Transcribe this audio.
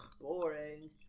boring